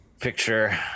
Picture